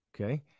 Okay